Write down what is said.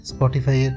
Spotify